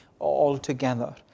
altogether